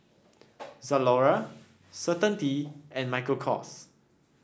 Zalora Certainty and Michael Kors